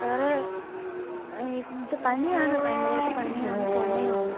വേറെ ഇത് പനിയാണ് ഭയങ്കരായിട്ട് പനിയാണ് ചുമയും ഉണ്ട്